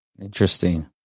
Interesting